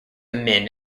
min